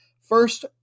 first